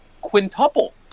quintuple